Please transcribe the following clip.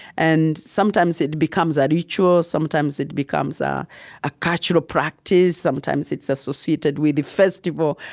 and sometimes it becomes a ritual sometimes it becomes um a cultural practice sometimes it's associated with a festival.